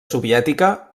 soviètica